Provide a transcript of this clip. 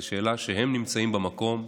הם נמצאים במקום,